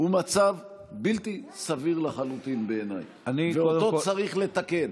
הוא מצב בלתי סביר לחלוטין בעיניי ואותו צריך לתקן.